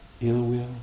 ill-will